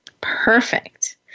Perfect